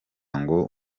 ngo